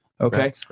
Okay